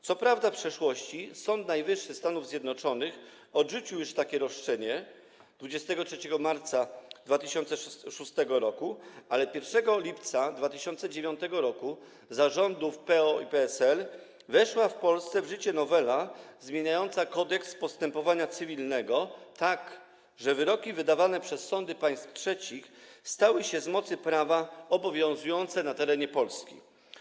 Co prawda w przeszłości Sąd Najwyższy Stanów Zjednoczonych odrzucił już takie roszczenie - 23 marca 2006 r. - ale 1 lipca 2009 r., za rządów PO i PSL, weszła w Polsce w życie nowela zmieniająca Kodeks postępowania cywilnego tak, że wyroki wydawane przez sądy państw trzecich stały się z mocy prawa obowiązujące na terenie Polski.